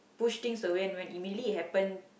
push things away when immediately it happen